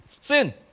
sin